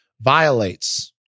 violates